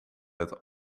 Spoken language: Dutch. het